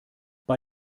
bei